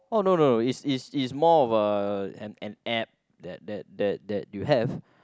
oh no no is is is more of a an an app that that that that you have